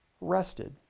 rested